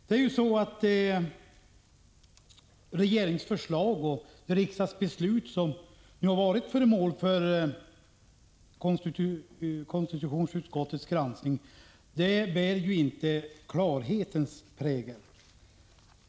Det regeringsförslag och det riksdagsbeslut som nu har varit föremål för konstitutionsutskottets granskning bär ju inte klarhetens prägel.